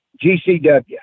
GCW